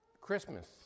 Christmas